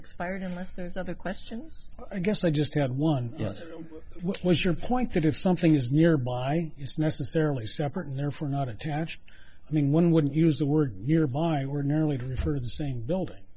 expired unless there's other questions i guess i just have one what was your point that if something is nearby it's necessarily separate and therefore not attached i mean one wouldn't use the word nearby ordinarily to refer to the same building